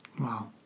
Wow